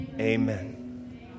amen